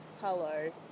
Hello